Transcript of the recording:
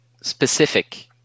specific